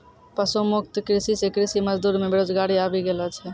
पशु मुक्त कृषि से कृषि मजदूर मे बेरोजगारी आबि गेलो छै